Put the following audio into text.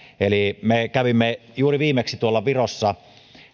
eli me kävimme juuri viimeksi virossa